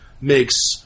makes